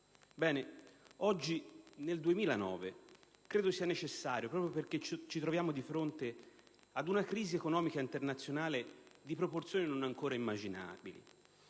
giunti al 2009, sia necessario, proprio perché ci troviamo di fronte ad una crisi economica internazionale di proporzioni non ancora immaginabili,